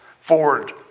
forward